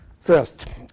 First